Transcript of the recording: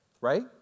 Right